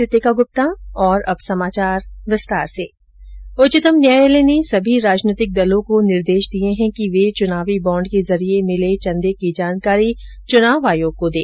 उच्चतम न्यायालय ने सभी राजनीतिक दलों को निर्देश दिये है कि वे चुनावी बॉड के जरिए मिले चंदे की जानकारी चुनाव आयोग को दें